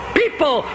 people